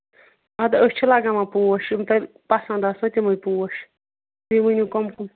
اَدٕ أسۍ چھِ لَگاوان پوش یِم تۄہہِ پَسَنٛد آسنو تِمے پوش تُہۍ ؤنِو کٕم کٕم